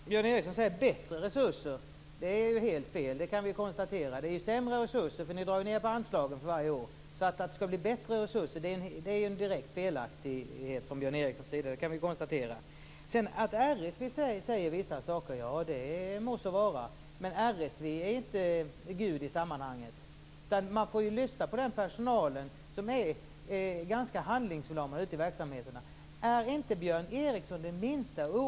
Fru talman! Björn Ericson säger att det blir bättre resurser. Det är helt fel. Det kan vi konstatera. Det är sämre resurser, för ni drar ned på anslagen för varje år. Att påstå att det skall bli bättre resurser är direkt felaktigt av Björn Ericson. Det kan vi konstatera. Det må så vara att RSV säger vissa saker. RSV är inte Gud i sammanhanget. Man får lyssna på den personal som finns ute i verksamheterna och som är ganska handlingsförlamad.